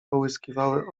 połyskiwały